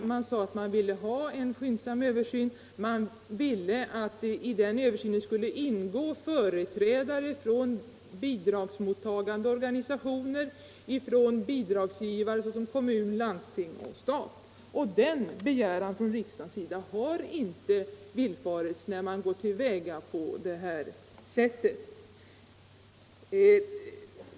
Riksdagen sade att den ville ha en skyndsam översyn och att i översynsarbetet skulle delta företrädare för bidragsmottagande organisationer och för bidragsgivare såsom kommuner, landsting och stat. Denna begäran från riksdagens sida har inte villfarits, när man gått till väga på detta sätt.